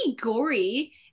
gory